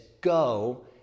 go